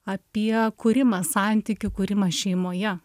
apie kūrimą santykių kūrimą šeimoje